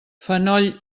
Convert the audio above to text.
fenoll